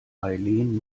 eileen